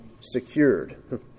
secured